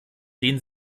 denen